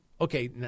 okay